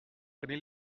prenez